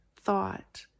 thought